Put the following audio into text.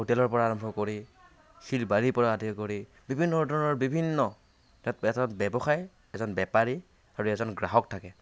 হোটেলৰ পৰা আৰম্ভ কৰি শিল বালিৰ পৰা আদি কৰি বিভিন্ন ধৰণৰ বিভিন্ন এটা ব্যৱসায় এজন বেপাৰী আৰু এজন গ্ৰাহক থাকে